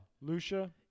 Lucia